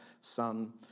Son